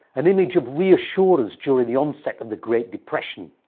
an image of reassurance during the onset of the great depression.